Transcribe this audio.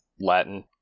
latin